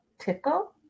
tickle